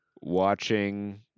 watching